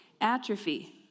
Atrophy